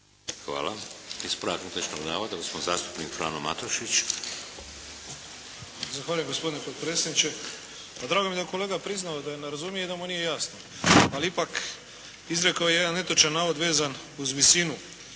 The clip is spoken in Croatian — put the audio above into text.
Hvala. Ispravak netočnog navoda, gospodin zastupnik Frano Matušić. **Matušić, Frano (HDZ)** Zahvaljujem gospodine potpredsjedniče, pa drago mi je da kolega priznao da ne razumije i da mu nije jasno, ali ipak, izrekao je jedan netočan navod vezan uz visinu